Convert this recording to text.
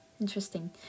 interesting